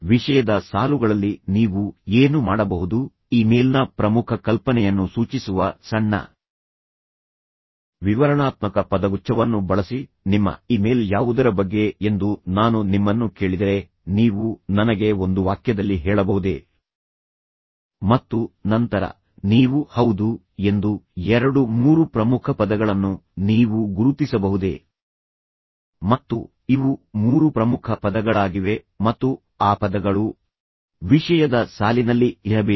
ವಿಷಯದ ಸಾಲುಗಳಲ್ಲಿ ನೀವು ಏನು ಮಾಡಬಹುದು ಇಮೇಲ್ನ ಪ್ರಮುಖ ಕಲ್ಪನೆಯನ್ನು ಸೂಚಿಸುವ ಸಣ್ಣ ವಿವರಣಾತ್ಮಕ ಪದಗುಚ್ಛವನ್ನು ಬಳಸಿ ನಿಮ್ಮ ಇಮೇಲ್ ಯಾವುದರ ಬಗ್ಗೆ ಎಂದು ನಾನು ನಿಮ್ಮನ್ನು ಕೇಳಿದರೆ ನೀವು ನನಗೆ ಒಂದು ವಾಕ್ಯದಲ್ಲಿ ಹೇಳಬಹುದೇ ಮತ್ತು ನಂತರ ನೀವು ಹೌದು ಎಂದು ಎರಡು ಮೂರು ಪ್ರಮುಖ ಪದಗಳನ್ನು ನೀವು ಗುರುತಿಸಬಹುದೇ ಮತ್ತು ಇವು ಮೂರು ಪ್ರಮುಖ ಪದಗಳಾಗಿವೆ ಮತ್ತು ಆ ಪದಗಳು ವಿಷಯದ ಸಾಲಿನಲ್ಲಿ ಇರಬೇಕು